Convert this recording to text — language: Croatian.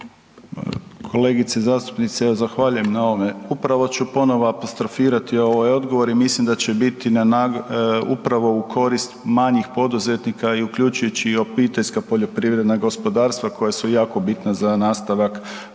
Kolegice zastupnice, evo zahvaljujem na ovome. Upravo ću ponovno apostrofirati ovaj odgovor i mislim da će biti upravo u korist manjih poduzetnika i uključujući i Obiteljska poljoprivredna gospodarstva koja su jako bitna za nastavak